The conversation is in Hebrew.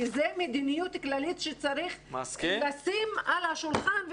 כי זה מדיניות כללית שצריך לשים על השולחן,